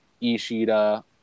Ishida